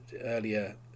earlier